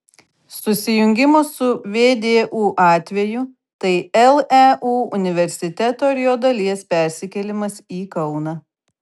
susijungimo su vdu atveju tai leu universiteto ar jo dalies persikėlimas į kauną